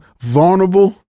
vulnerable